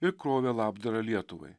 ir krovė labdarą lietuvai